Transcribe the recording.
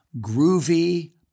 Groovy